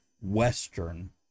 western